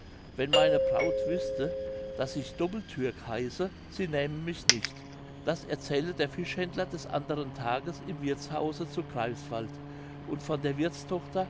wenn meine braut wüßte daß ich doppeltürk heiße sie nähme mich nicht das erzählte der fischhändler des anderen tages im wirthshause zu greifswald und von der